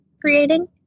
creating